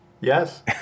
Yes